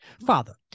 Father